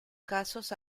casos